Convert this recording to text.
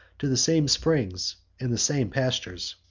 to the same springs and the same pastures.